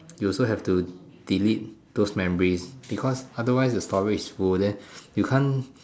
you also have to delete those memories because otherwise the storage wouldn't you can't